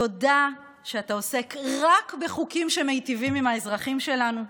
תודה שאתה עוסק רק בחוקים שמיטיבים עם האזרחים שלנו.